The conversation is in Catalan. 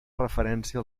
referència